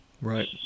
right